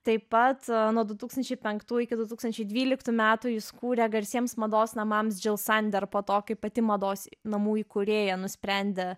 taip pat nuo du tūkstančiai penktų iki du tūkstančiai dvyliktų metų jis kūrė garsiems mados namams džil sander po to kai pati mados namų įkūrėja nusprendė